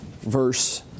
verse